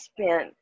spent